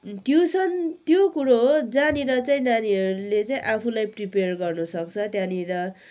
tuition त्यो कुरो हो जहाँनिर चाहिँ नानीहरूले चाहिँ आफूलाई प्रिपियर गर्नुसक्छ त्यहाँनिर